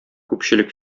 күпчелек